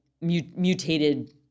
mutated